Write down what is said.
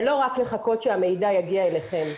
ולא רק לחכות שהמידע יגיע אליכם.